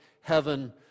heaven